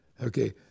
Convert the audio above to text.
okay